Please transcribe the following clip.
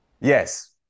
Yes